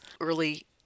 early